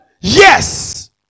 Yes